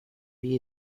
vida